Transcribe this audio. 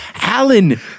Alan